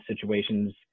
situations